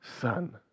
Son